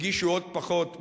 הגישו עוד פחות,